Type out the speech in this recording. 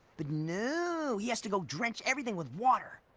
but nooooo, he has to go drench everything with water!